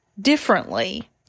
differently